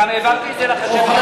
אני גם העברתי את זה לחשב הכללי.